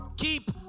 Keep